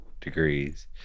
degrees